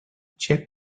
check